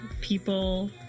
people